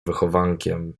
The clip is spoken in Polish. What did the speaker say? wychowankiem